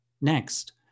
Next